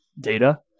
data